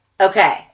Okay